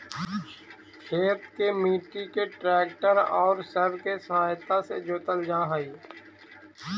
खेत के मट्टी के ट्रैक्टर औउर सब के सहायता से जोतल जा हई